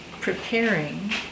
preparing